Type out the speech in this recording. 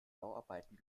bauarbeiten